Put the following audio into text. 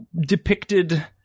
depicted